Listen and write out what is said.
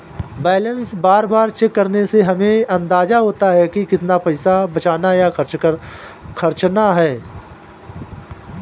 balance बार बार check करने से हमे अंदाज़ा होता है की कितना पैसा बचाना या खर्चना है